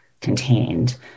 contained